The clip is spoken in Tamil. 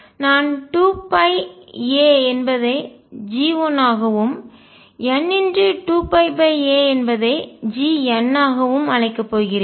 நான் 2πa என்பதை G1 ஆகவும் n2πa என்பதை Gn ஆகவும் அழைக்கப் போகிறேன்